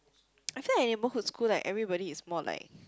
I feel like neighbourhood school like everybody is more like